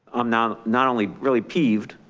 i'm now not only really peeved,